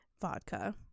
Vodka